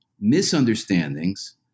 misunderstandings